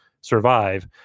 survive